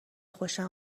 خوشم